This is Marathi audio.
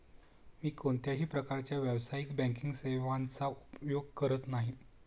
मी कोणत्याही प्रकारच्या व्यावसायिक बँकिंग सेवांचा उपयोग करत नाही